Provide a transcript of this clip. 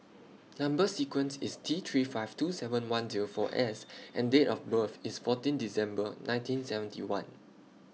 Number sequence IS T three five two seven one Zero four S and Date of birth IS fourteen December nineteen seventy one